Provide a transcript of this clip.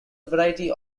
variety